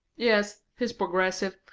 yes, he's progressive.